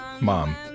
mom